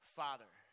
father